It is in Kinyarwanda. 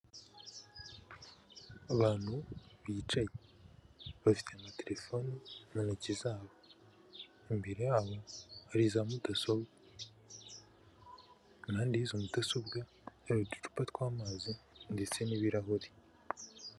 Abantu bicaye bafite na telefoni mu ntoki zabo, imbere yabo hari za mudasobwa, impande y'izo mudasobwa hari uducupa tw'amazi ndetse n'ibirahuri.